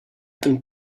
them